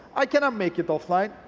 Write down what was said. i cannot make it offline,